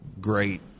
great